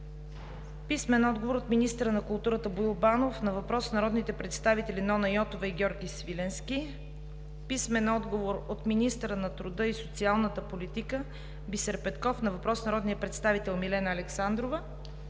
Весела Лечева; - министъра на културата Боил Банов на въпрос от народните представители Нона Йотова и Георги Свиленски; - министъра на труда и социалната политика Бисер Петков на въпрос от народния представител Миглена Александрова;